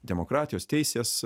demokratijos teisės